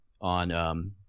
on